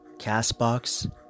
Castbox